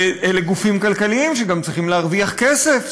ואלה גופים כלכליים שגם צריכים להרוויח כסף,